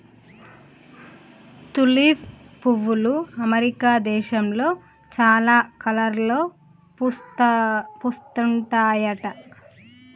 tulip పువ్వులు America దేశంలో చాలా కలర్లలో పూస్తుంటాయట